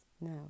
no